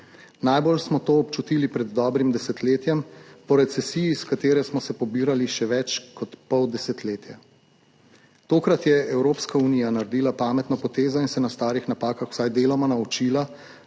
Najbolj smo to občutili pred dobrim desetletjem po recesiji, iz katere smo se pobirali še več kot pol desetletja. Tokrat je Evropska unija naredila pametno potezo in se na starih napakah vsaj deloma naučila,